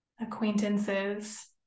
acquaintances